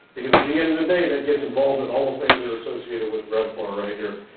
because at the end of the day, that gets involved in all things that are associated with revpar right here.